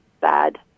bad